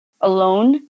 alone